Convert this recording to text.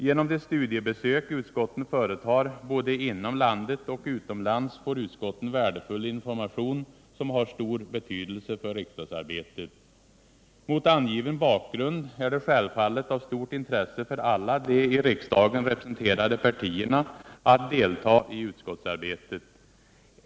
Genom de studiebesök utskotten företar både inom landet och utomlands får utskotten värdefull information som har stor betydelse för riksdagsarbetet. Mot angiven bakgrund är det självfallet av stort intresse för alla de i riksdagen representerade partierna att delta i utskottsarbetet.